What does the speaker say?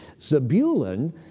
Zebulun